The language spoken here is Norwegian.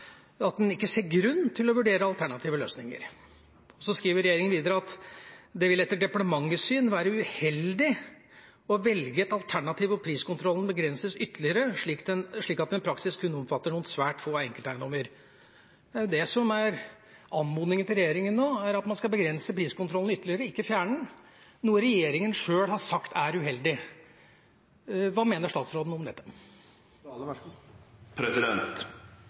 at en ikke ser «grunn til å vurdere alternative løsninger». Så skriver regjeringen videre at det vil «etter departementets syn være uheldig å velge et alternativ hvor priskontrollen begrenses ytterligere slik at den i praksis kun omfatter noen svært få enkelteiendommer». Det som er anmodningen til regjeringen nå, er at man skal begrense priskontrollen ytterligere og ikke fjerne den, noe regjeringen sjøl har sagt at er uheldig. Hva mener statsråden om dette?